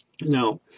Now